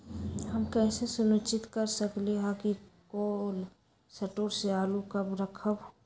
हम कैसे सुनिश्चित कर सकली ह कि कोल शटोर से आलू कब रखब?